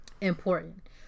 important